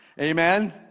Amen